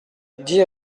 dix